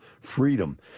freedom